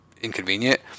inconvenient